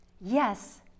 Yes